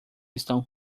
estão